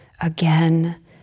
again